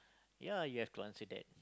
ya you have to answer that